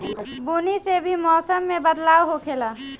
बुनी से भी मौसम मे बदलाव होखेले